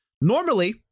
Normally